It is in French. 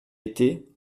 été